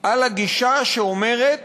על הגישה שאומרת